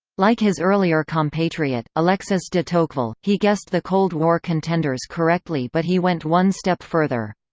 like his earlier compatriot, alexis de tocqueville, he guessed the cold war contenders correctly but he went one step further.